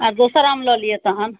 आ दोसर आम लऽ लिअ तहन